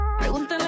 Pregúntale